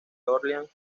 orleans